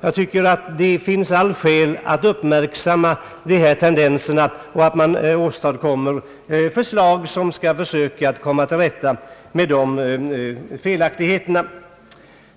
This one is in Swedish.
Jag tycker att det finns alla skäl att uppmärksamma dessa tendenser och att man åstadkommer förslag som försöker komma till rätta med sådana avarter.